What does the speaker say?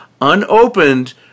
unopened